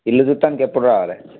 ఇల్లు చూస్తానికి ఎప్పుడు రావాలి